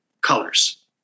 colors